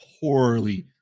poorly